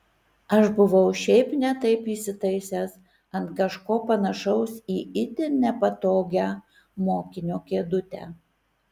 aš buvau šiaip ne taip įsitaisęs ant kažko panašaus į itin nepatogią mokinio kėdutę